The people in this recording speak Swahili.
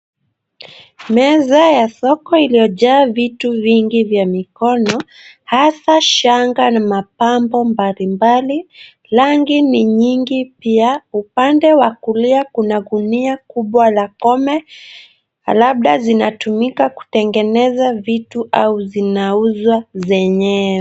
Meza ya soko iliojaa vitu vingi vya mikono hasa shanga na mapambo mbalimbali. Rangi ni nyingi pia. Upande wa kulia kuna gunia kubwa la kome labda zinatumika kutegeneza vitu au zinauzwa zenyewe.